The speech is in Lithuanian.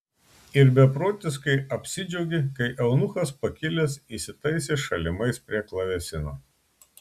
ir beprotiškai apsidžiaugė kai eunuchas pakilęs įsitaisė šalimais prie klavesino